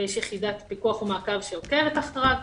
ויש יחידת פיקוח ומעקב שעוקבת אחריו,